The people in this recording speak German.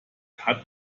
hat